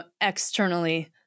externally